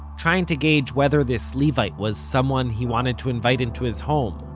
trying to gauge whether this levite was someone he wanted to invite into his home.